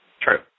True